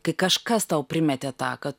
kai kažkas tau primetė tą kad